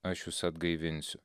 aš jus atgaivinsiu